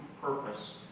purpose